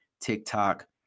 TikTok